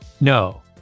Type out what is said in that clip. no